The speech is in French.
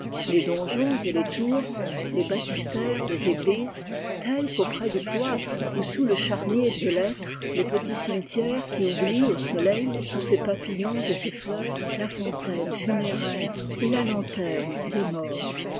et les tistères des églises telles qu'auprès du clomre ou sous le charnier de l'aitre le petit cimetière qui oublie au soleil sous ses papillons et ses fleurs la fontaine funéraire et la lanterne des morts